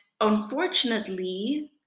unfortunately